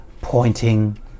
pointing